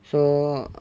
so